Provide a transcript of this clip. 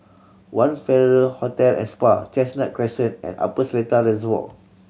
One Farrer Hotel and Spa Chestnut Crescent and Upper Seletar Reservoir